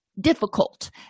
difficult